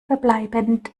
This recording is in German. verbleibend